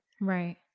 Right